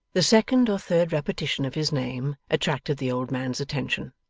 the second or third repetition of his name attracted the old man's attention.